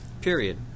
period